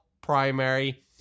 primary